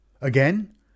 Again